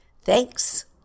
Thanks